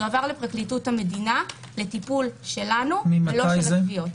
יועברו לפרקליטות המדינה לטיפול שלנו ולא של התביעות.